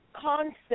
concept